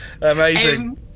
Amazing